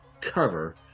Cover